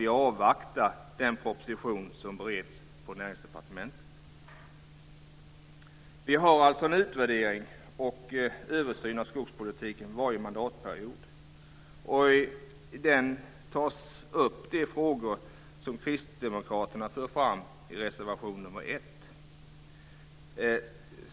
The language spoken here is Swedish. Vi avvaktar den proposition som bereds på Det görs alltså en utvärdering och en översyn av skogspolitiken varje mandatperiod, och i den tas de frågor upp som Kristdemokraterna för fram i sin reservation 1.